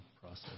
process